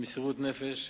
עם מסירות נפש,